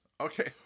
Okay